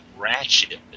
Ratchet